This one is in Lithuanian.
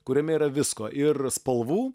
kuriame yra visko ir spalvų